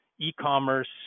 e-commerce